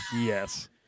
Yes